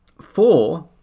Four